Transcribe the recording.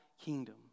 kingdom